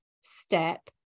step